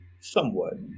somewhat